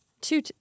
two